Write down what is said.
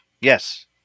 Yes